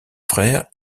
frères